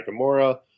Gamora